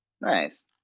Nice